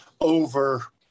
over